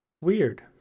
Weird